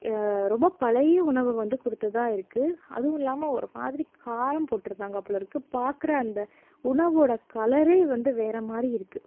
ரொம்ப பழைய உணவு வந்து கொடுத்ததா இருக்கு அதுவும் இல்லாமல் ஒரு மாதிரி காரம் போட்டிருந்தாங்க போலேருக்கு பார்க்குற அந்த உணவோடய கலரே வந்து வேறு மாதிரி இருக்குது